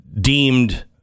deemed